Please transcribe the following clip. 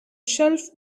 shelf